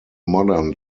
modern